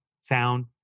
sound